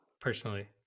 personally